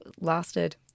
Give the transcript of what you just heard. lasted